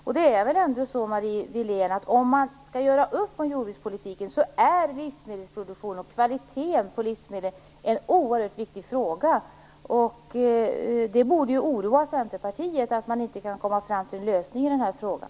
Visst är det så, Marie Wilén, att livsmedelsproduktionen och kvaliteten på livsmedel är oerhört viktigt om man skall göra upp om jordbrukspolitiken? Det borde oroa Centerpartiet att man inte kan komma fram till en lösning i den här frågan.